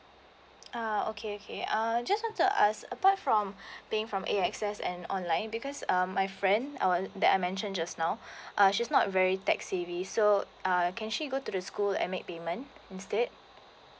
uh okay okay uh just want to ask apart from paying from a x s and online because uh my friend that I mentioned just now uh she is not very tech savvy so uh can she go to the school and make payment instead